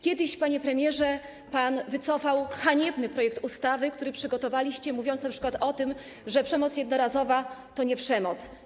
Kiedyś, panie premierze, wycofał pan haniebny projekt ustawy, który przygotowaliście, mówiący np. o tym, że przemoc jednorazowa to nie przemoc.